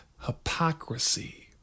hypocrisy